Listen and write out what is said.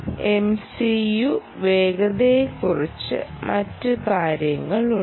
MCU വേഗതയെക്കുറിച്ച് മറ്റ് കാര്യങ്ങളുണ്ട്